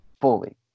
fully